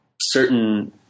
certain